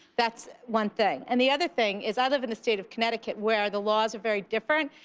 that's one thing. and the other thing is other than the state of connecticut, where the laws are very different,